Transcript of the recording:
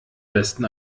besten